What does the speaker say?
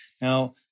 Now